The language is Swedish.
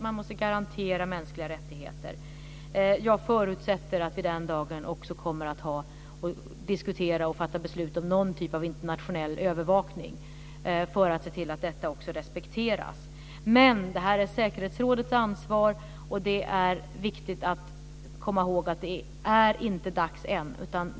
Man måste garantera mänskliga rättigheter. Jag förutsätter att vi den dagen också kommer att diskutera och fatta beslut om någon typ av internationell övervakning för att se till att detta respekteras. Men det här är säkerhetsrådets ansvar. Det är också viktigt att komma ihåg att det inte är dags än.